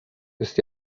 ist